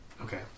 Okay